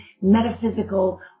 metaphysical